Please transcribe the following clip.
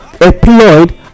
employed